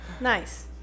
Nice